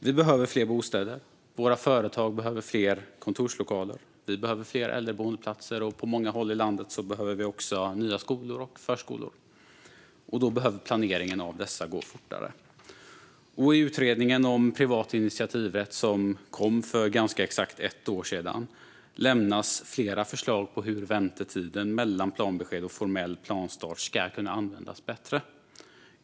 Vi behöver fler bostäder, och våra företag behöver fler kontorslokaler. Vi behöver fler äldreboendeplatser, och på många håll i landet behöver vi också nya skolor och förskolor. Då behöver planeringen av dessa gå fortare. I den utredning om privat initiativrätt som kom för ganska exakt ett år sedan lämnas flera förslag på hur väntetiden mellan planbesked och formell planstart ska kunna användas bättre.